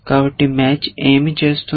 కాబట్టి మ్యాచ్ ఏమి చేస్తోంది